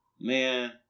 man